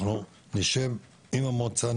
אנחנו נשב עם המועצה,